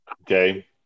Okay